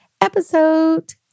episode